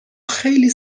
خیلی